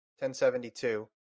1072